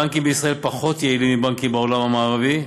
הבנקים בישראל פחות יעילים מבנקים בעולם המערבי,